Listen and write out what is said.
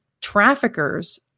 traffickers